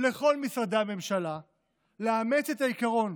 לכל משרדי הממשלה לאמץ את העיקרון